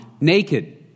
naked